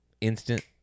instant